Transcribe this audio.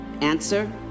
Answer